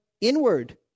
inward